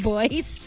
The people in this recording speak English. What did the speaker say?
Boys